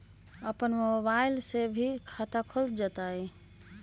अपन मोबाइल से भी खाता खोल जताईं?